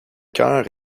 chœur